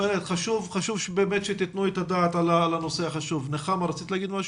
חשוב שתתנו את הדעת לנושא החשוב הזה.